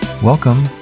Welcome